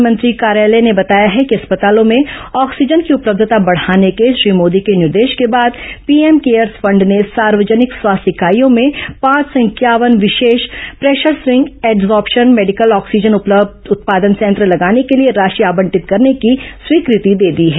प्रधानमंत्री कार्यालय ने बताया कि अस्पतालों में ऑक्सीजन की उपलब्यता बढाने के श्री मोदी के निर्देश के बाद पीएम केयर्स फंड ने सार्वजनिक स्वास्थ्य इकाइयों में पांच सौ इंक्यावन विशेष pressure swing adsorption medical oxygen उत्पादन संयंत्र लगाने के लिए राशि आवंटित करने की स्वीकृति दे दी है